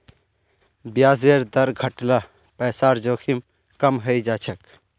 ब्याजेर दर घट ल पैसार जोखिम कम हइ जा छेक